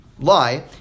lie